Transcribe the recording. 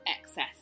excess